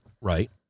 right